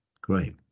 Great